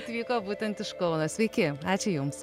atvyko būtent iš kauno sveiki ačiū jums